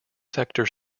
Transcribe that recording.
sector